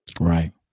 Right